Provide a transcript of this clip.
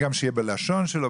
רוצים שיהיה בלשון שלו,